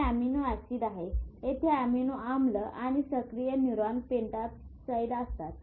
हे amino acid आहे येथे अमिनो आम्ल आणि सक्रिय न्यूरॉन पेप्टाइड्स असतात